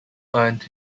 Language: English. earned